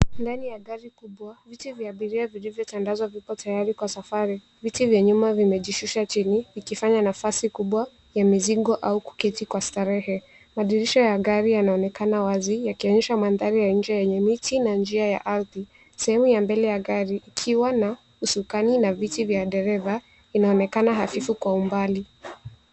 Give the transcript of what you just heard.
Ndani ya gari kubwa, viti vya abiria vilivyotandazwa viko tayari kwa safari. Viti vya nyuma vimejishusha chini, vikifanya nafasi kubwa ya mizingo au kuketi kwa starehe. Madirisha ya gari yanaonekana wazi, yakionyesha mandhari ya nje yenye miti na njia ya ardhi. Sehemu ya mbele ya gari, ikiwa na usukani na viti vya dereva, inaonekana hafifu kwa umbali.